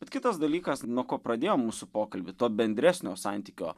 bet kitas dalykas nuo ko pradėjom mūsų pokalbį to bendresnio santykio